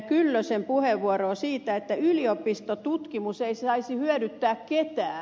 kyllösen puheenvuoroa siitä että yliopistotutkimus ei saisi hyödyttää ketään